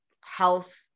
health